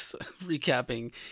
recapping